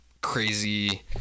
crazy